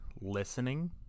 listening